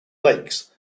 lakes